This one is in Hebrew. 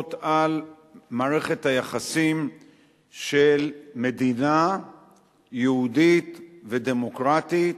שמדברות על מערכת היחסים של מדינה יהודית ודמוקרטית,